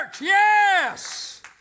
yes